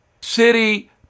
city